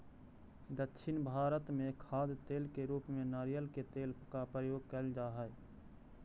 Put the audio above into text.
दक्षिण भारत में खाद्य तेल के रूप में नारियल के तेल का प्रयोग करल जा हई